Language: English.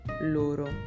loro